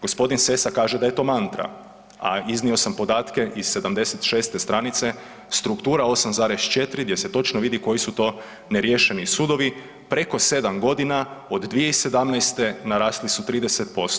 Gospodin Sessa kaže da je to mantra, a iznio sam podatke iz 76 stranice struktura 8,4 gdje se točno vidi koji su to neriješeni sudovi preko 7 godina od 2017. narasli su 30%